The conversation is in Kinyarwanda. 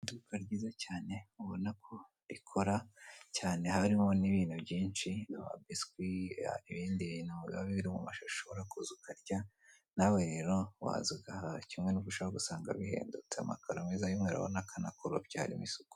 Iduka ryiza cyane ubona ko rikora cyane harimo n'ibintu byinshi amabiswi, ibindi bintu biba biri mu mashashi ushobora kuza ukarya nawe rero waza ugahaha kimwe nuko ushobora gusanga bihendutse, amakaro meza y'umweru ubona ko anakoropye harimo isuku.